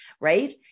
right